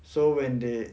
so when they